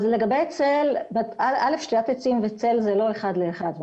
ראשית, שתילת עצים וצל, זה לא אחד לאחד.